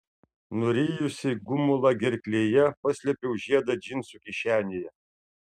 nurijusi gumulą gerklėje paslėpiau žiedą džinsų kišenėje